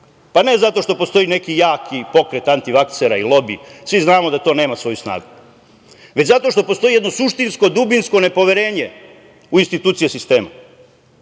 Ne zato što postoji neki jaki pokret antivaksera i lobi, svi znamo da to nema svoju snagu, već zato što postoji jedno suštinsko, dubinsko nepoverenje u institucije sistema,